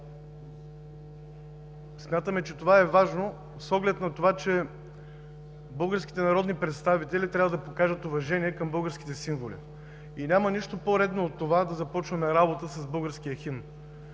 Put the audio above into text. Смятаме, че това е важно с оглед на това, че българските народни представители трябва да покажат уважение към българските символи. И няма нищо по-редно от това да започваме работа с българския химн.